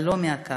אבל לא מהקהל